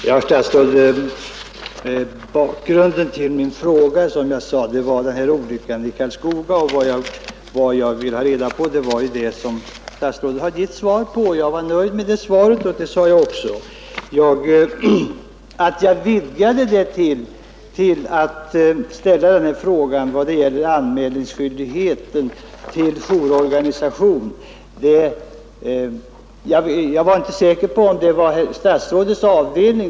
Herr talman! Bakgrunden till min fråga, herr statsråd, var som jag nämnde förut den här olyckan i Karlskoga. Vad jag ville ha reda på har statsrådet givit svar på. Jag är nöjd med det svaret, och det sade jag också. Sedan utvidgade jag min fråga till att gälla även skyldighet att göra anmälan om motortävlingar till jourorganisation. Jag var inte säker på att detta hör hemma på statsrådets avdelning.